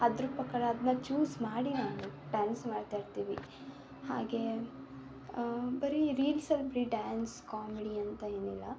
ಅದ್ರ ಪ್ರಕಾರ ಅದ್ನ ಚ್ಯೂಸ್ ಮಾಡಿ ನಾವು ಡ್ಯಾನ್ಸ್ ಮಾಡ್ತಾಯಿರ್ತೀವಿ ಹಾಗೆ ಬರೀ ರೀಲ್ಸ್ ಅಲ್ಲರೀ ಡ್ಯಾನ್ಸ್ ಕಾಮಿಡಿ ಅಂತ ಏನಿಲ್ಲ